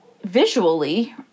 visually